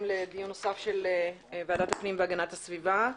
לדיון נוסף של ועדת הפנים והגנת הסביבה.